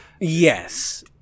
Yes